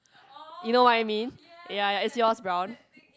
you know what I mean ya ya is yours brown